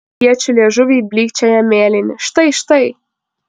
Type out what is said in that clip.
iečių liežuviai blykčioja mėlyni štai štai